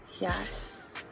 Yes